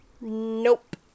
Nope